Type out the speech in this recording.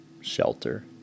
shelter